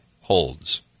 holds